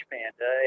Panda